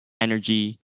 energy